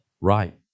Right